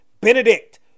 Benedict